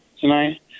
tonight